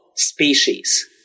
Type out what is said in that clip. species